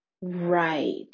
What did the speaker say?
Right